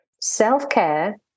self-care